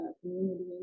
community